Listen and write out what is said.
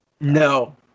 No